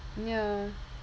ya